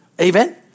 Amen